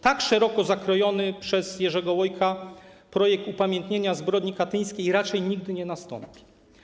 Tak szeroko zakrojony przez Jerzego Łojka projekt upamiętnienia zbrodni katyńskiej raczej nigdy nie nastąpi.